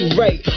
right